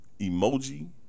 emoji